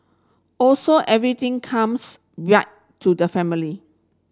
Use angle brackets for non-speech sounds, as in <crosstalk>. also everything comes <unintelligible> to the family